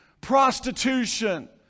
prostitution